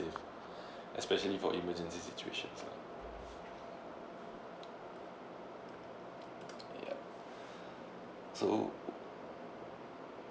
saved especially for emergency situation lah yup so